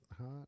hot